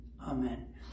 Amen